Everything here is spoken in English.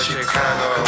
Chicago